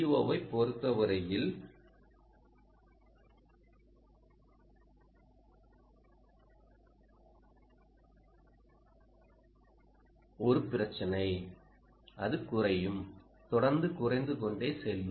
ஓவைப் பொறுத்தவரையில் ஒரு பிரச்சினை அது குறையும் தொடர்ந்து குறைந்து கொண்டே செல்லும்